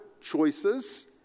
choices